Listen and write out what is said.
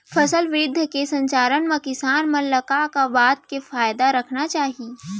फसल वृद्धि के चरण म किसान मन ला का का बात के खयाल रखना चाही?